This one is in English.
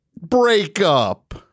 Breakup